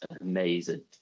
amazing